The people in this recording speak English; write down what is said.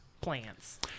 plants